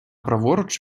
праворуч